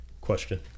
Question